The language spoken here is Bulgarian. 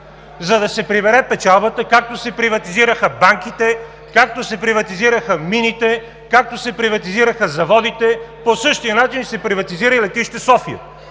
за да се прибере печалбата, както се приватизираха банките, както се приватизираха мините, както се приватизираха заводите. (Силен шум и реплики.) По същия начин се приватизира и Летище София.